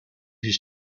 his